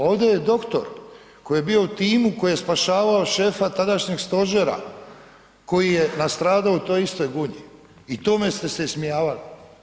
Ovdje je doktor koji je bio u timu koji je spašavao šefa tadašnjeg stožera koji je nastradao u toj istoj Gunji i tome ste se ismijavali.